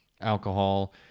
alcohol